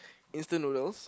instant noodles